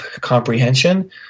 comprehension